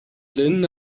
linda